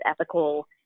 ethical